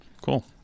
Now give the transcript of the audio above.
Cool